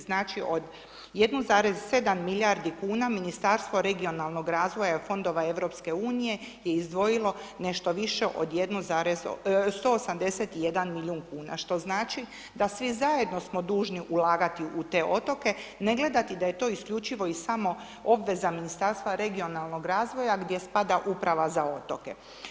Znači od 1,7 milijardi kuna Ministarstvo regionalnog razvoja i fondova EU je izdvojilo je nešto više od 1 zarez, 181 milijun kuna što znači da svi zajedno smo dužni ulagati u te otoke, ne gledati da je to isključivo i samo obveza Ministarstva regionalnoga razvoja gdje spada Uprava za otoke.